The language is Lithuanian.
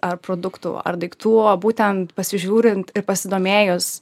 ar produktų ar daiktų būtent pasižiūrint ir pasidomėjus